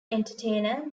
entertainer